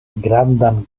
grandan